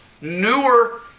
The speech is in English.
newer